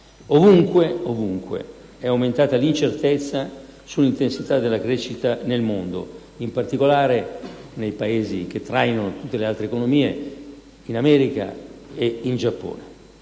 ovunque è aumentata l'incertezza sull'intensità della crescita nel mondo, in particolare nei Paesi che trainano tutte le altre economie, in America ed in Giappone.